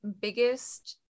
biggest